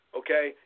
okay